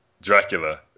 Dracula